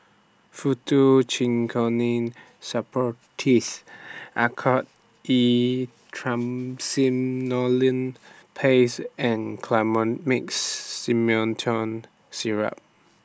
Faktu Cinchocaine Suppositories Oracort E Triamcinolone Paste and Colimix Simethicone Syrup